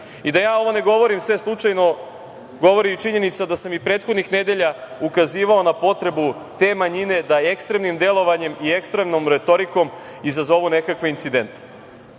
ja ovo sve ne govorim sve slučajno, govori i činjenica da sam prethodnih nedelja ukazivao na potrebu te manjine da ekstremnim delovanjem i ekstremnom retorikom izazovu nekakve incidente